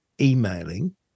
emailing